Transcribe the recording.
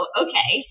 okay